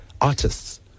artists